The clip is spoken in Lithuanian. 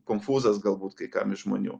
konfūzas galbūt kai kam iš žmonių